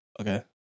Okay